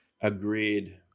Agreed